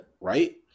Right